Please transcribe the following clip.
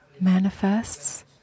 manifests